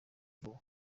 vuba